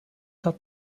hat